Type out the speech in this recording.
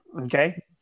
Okay